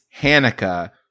Hanukkah